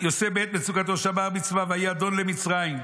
"מצוקתו שמר מצווה והיה אדון למצרים.